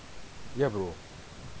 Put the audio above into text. ya bro